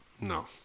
No